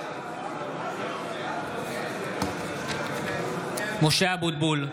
(קורא בשמות חברי הכנסת) משה אבוטבול,